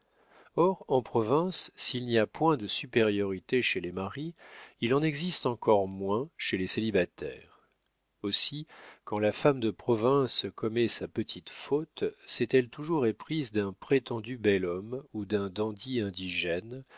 or en province s'il n'y a point de supériorité chez les maris il en existe encore moins chez les célibataires aussi quand la femme de province commet sa petite faute s'est-elle toujours éprise d'un prétendu bel homme ou d'un dandy indigène